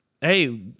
Hey